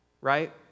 Right